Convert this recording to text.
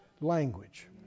language